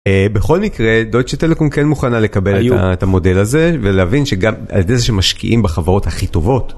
בכל מקרה דויטשה טלקום כן מוכנה לקבל היו את המודל הזה ולהבין שגם על ידי זה שמשקיעים בחברות הכי טובות.